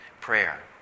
prayer